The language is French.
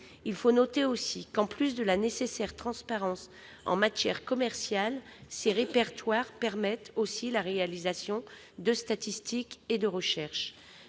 Il faut noter qu'en plus de la nécessaire transparence en matière commerciale, ces répertoires permettent la réalisation de statistiques et de recherches.